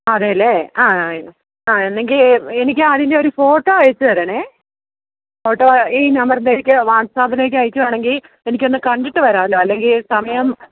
അതെയല്ലെ ആ ആ എങ്കില് എനിക്കതിൻ്റെയൊരു ഫോട്ടോ അയച്ചുതരണേ ഫോട്ടോ ഈ നമ്പറില് എനിക്ക് വാട്സാപ്പിലേക്ക് അയക്കുകയാണെങ്കില് എനിക്കൊന്ന് കണ്ടിട്ട് വരാമല്ലോ അല്ലെങ്കില് സമയം